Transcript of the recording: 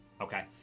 Okay